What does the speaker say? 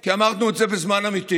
כי אמרנו את זה בזמן אמיתי